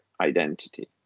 identity